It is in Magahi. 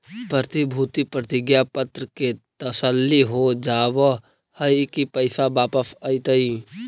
प्रतिभूति प्रतिज्ञा पत्र से तसल्ली हो जावअ हई की पैसा वापस अइतइ